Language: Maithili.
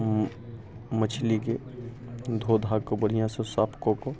मछलीके धो धाकऽ बढ़िआँसँ साफ कऽके